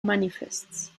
manifests